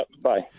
Bye